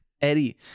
Eddie